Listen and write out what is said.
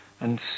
And